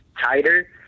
tighter